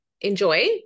enjoy